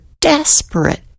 desperate